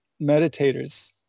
meditators